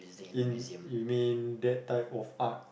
in mean that type of art